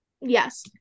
Yes